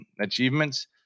achievements